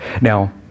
Now